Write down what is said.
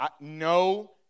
No